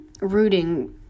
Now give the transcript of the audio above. rooting